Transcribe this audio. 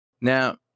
Now